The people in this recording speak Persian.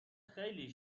خیلی